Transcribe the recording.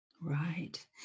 Right